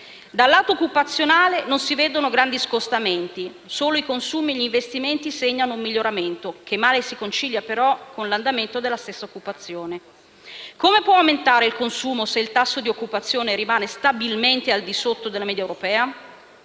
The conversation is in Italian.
Dal lato occupazionale non si vedono grandi scostamenti: solo i consumi e gli investimenti segnano un miglioramento che mal si concilia, però, con l'andamento della stessa occupazione. Come può aumentare il consumo se il tasso di occupazione rimane stabilmente al di sotto della media europea?